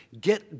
Get